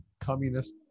communist